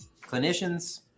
clinicians